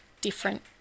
different